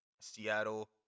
Seattle